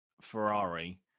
Ferrari